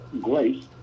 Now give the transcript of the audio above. grace